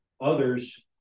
others